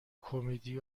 کمدی